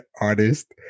artist